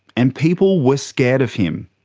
and people were scared of him,